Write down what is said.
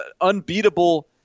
unbeatable